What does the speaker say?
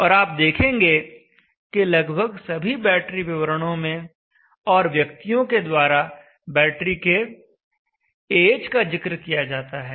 और आप देखेंगे कि लगभग सभी बैटरी विवरणों में और व्यक्तियों के द्वारा बैटरी के Ah का जिक्र किया जाता है